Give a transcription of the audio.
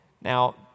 Now